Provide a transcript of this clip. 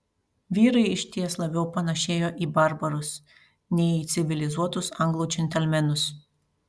vyrai išties labiau panėšėjo į barbarus nei į civilizuotus anglų džentelmenus